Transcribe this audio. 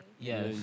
Yes